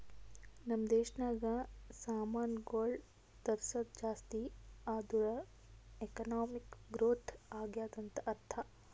ನಮ್ ದೇಶನಾಗ್ ಸಾಮಾನ್ಗೊಳ್ ತರ್ಸದ್ ಜಾಸ್ತಿ ಆದೂರ್ ಎಕಾನಮಿಕ್ ಗ್ರೋಥ್ ಆಗ್ಯಾದ್ ಅಂತ್ ಅರ್ಥಾ